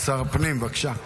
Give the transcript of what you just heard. הפנים, בבקשה.